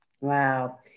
wow